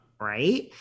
right